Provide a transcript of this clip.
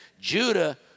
Judah